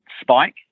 spike